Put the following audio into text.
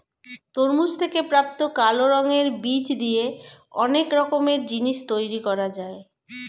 তরমুজ থেকে প্রাপ্ত কালো রঙের বীজ দিয়ে অনেক রকমের জিনিস তৈরি করা যায়